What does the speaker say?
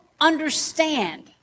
understand